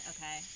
Okay